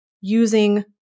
using